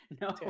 No